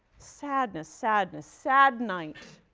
sadness, sadness sad night.